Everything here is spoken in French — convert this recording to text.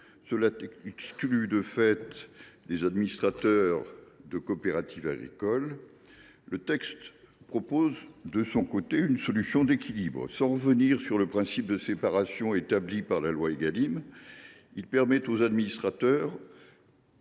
qui exclut, de fait, les administrateurs de coopératives agricoles. Ce texte propose une solution d’équilibre : sans revenir sur le principe de séparation établi par la loi Égalim 1, il permet aux administrateurs